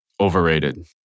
Overrated